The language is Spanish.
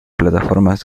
plataformas